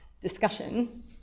discussion